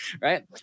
right